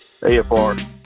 AFR